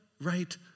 right